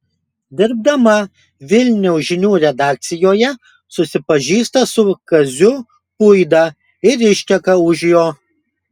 dirbdama vilniaus žinių redakcijoje susipažįsta su kaziu puida ir išteka už jo